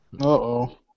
Uh-oh